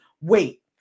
wait